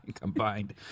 combined